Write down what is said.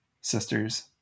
sisters